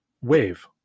wave